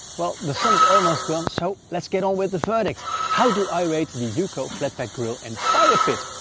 well the sun is almost gone so let's get on with the verdict how do i rate the uco flatpack grill and firepit?